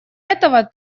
этого